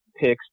picks